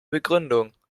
begründung